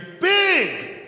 big